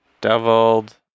Deviled